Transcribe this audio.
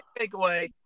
takeaway